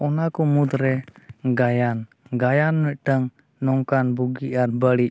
ᱚᱱᱟ ᱠᱚ ᱢᱩᱫᱽᱨᱮ ᱜᱟᱭᱟᱱ ᱜᱟᱭᱟᱱ ᱢᱤᱫᱴᱟᱝ ᱱᱚᱝᱠᱟᱱ ᱵᱩᱜᱤ ᱟᱨ ᱵᱟᱲᱤᱡ